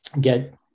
get